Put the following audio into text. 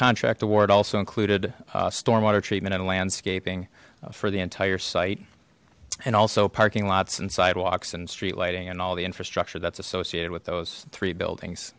contract award also included storm water treatment and landscaping for the entire site and also parking lots and sidewalks and street lighting and all the infrastructure that's associated with those three buildings